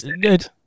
good